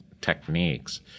techniques